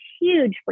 huge